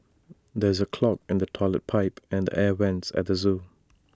there is A clog in the Toilet Pipe and the air Vents at the Zoo